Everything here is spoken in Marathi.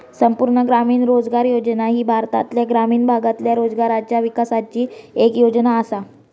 संपूर्ण ग्रामीण रोजगार योजना ही भारतातल्या ग्रामीण भागातल्या रोजगाराच्या विकासाची येक योजना आसा